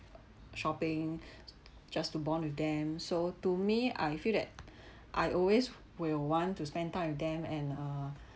shopping just to bond with them so to me I feel that I always will want to spend time with them and uh